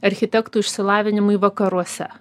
architektų išsilavinimui vakaruose